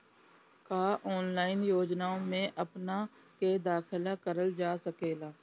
का ऑनलाइन योजनाओ में अपना के दाखिल करल जा सकेला?